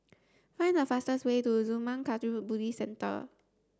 find the fastest way to Zurmang Kagyud Buddhist Centre